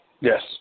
Yes